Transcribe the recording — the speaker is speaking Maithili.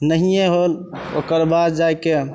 नहिए होल ओकरबाद जाइके